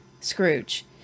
scrooge